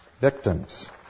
victims